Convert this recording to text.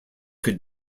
could